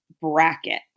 bracket